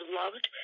loved